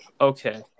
Okay